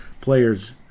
players